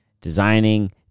Designing